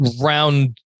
round